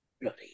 Bloody